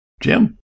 Jim